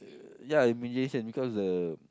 ya imagination because the